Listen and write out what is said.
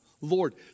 Lord